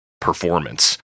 performance